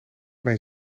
mijn